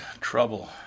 Trouble